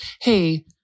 hey